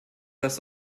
das